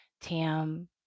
Tam